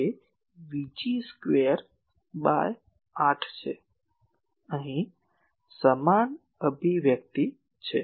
તે Vg square by 8છે અહીં સમાન અભિવ્યક્તિ છે